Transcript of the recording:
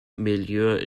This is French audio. meilleurs